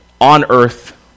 on-earth